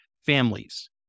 families